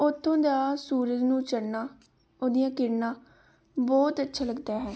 ਉੱਥੋਂ ਦਾ ਸੂਰਜ ਨੂੰ ਚੜ੍ਹਨਾ ਉਹਦੀਆਂ ਕਿਰਨਾਂ ਬਹੁਤ ਅੱਛਾ ਲੱਗਦਾ ਹੈ